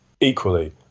equally